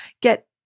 get